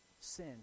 sin